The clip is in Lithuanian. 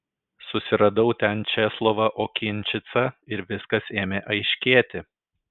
susiradau ten česlovą okinčicą ir viskas ėmė aiškėti